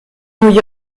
new